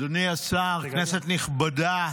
אדוני השר, כנסת נכבדה,